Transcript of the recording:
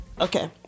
Okay